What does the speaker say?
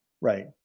Right